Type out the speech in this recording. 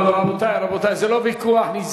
רבותי, רבותי, זה לא ויכוח.